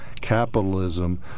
capitalism